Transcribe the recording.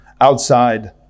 outside